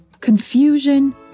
confusion